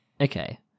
okay